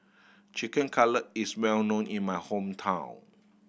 Chicken Cutlet is well known in my hometown